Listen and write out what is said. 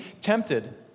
tempted